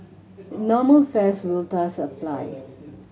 normal fares will thus apply